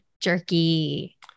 Jerky